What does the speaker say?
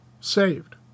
saved